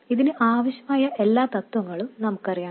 ഇതിന് ആവശ്യമായ എല്ലാ തത്വങ്ങളും നമുക്കറിയാം